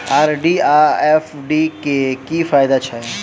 RD आ FD क की फायदा छै?